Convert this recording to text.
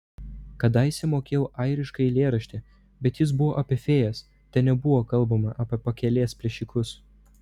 kadaise mokėjo airišką eilėraštį bet jis buvo apie fėjas ten nebuvo kalbama apie pakelės plėšikus